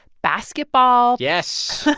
basketball. yes.